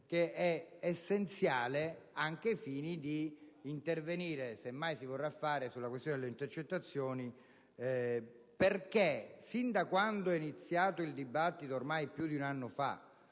che è essenziale, anche ai fini di intervenire, se mai si vorrà farlo, sulla questione delle intercettazioni. Infatti, sin da quando è iniziato il dibattito (ormai più di un anno fa,